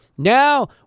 Now